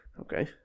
Okay